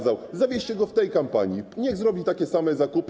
Zawieźcie go w tej kampanii, niech zrobi takie same zakupy.